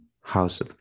House